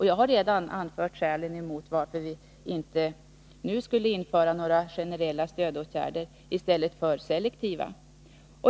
Jag har redan anfört skälen emot att nu införa generella stödåtgärder i stället för selektiva.